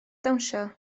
dawnsio